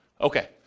Okay